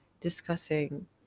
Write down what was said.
discussing